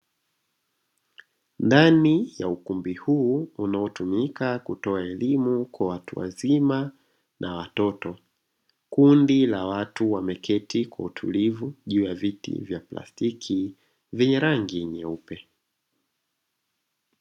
Ndani ya ukumbi huu unaotumika kutoa elimu kwa watu wazima na watoto, kundi la watu wameketi kwa utulivu juu ya viti vya plastiki vyenye rangi nyeupe.